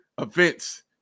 events